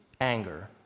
Anger